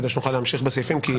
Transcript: כדי שנוכל להמשיך בסעיפים.